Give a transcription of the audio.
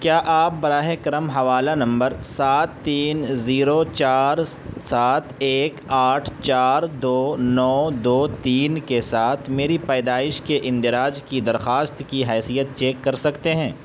کیا آپ براہ کرم حوالہ نمبر سات تین زیرو چار سات ایک آٹھ چار دو نو دو تین کے ساتھ میری پیدائش کے اندراج کی درخواست کی حیثیت چیک کر سکتے ہیں